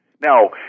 Now